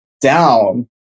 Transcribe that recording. down